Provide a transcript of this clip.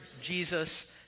Jesus